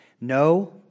No